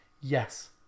Yes